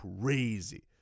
crazy